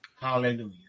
Hallelujah